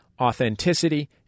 Authenticity